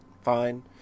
fine